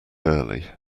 early